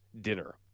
dinner